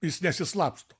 jis nesislapsto